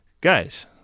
guys